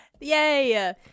Yay